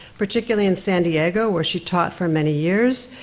particularly in san diego, where she taught for many years.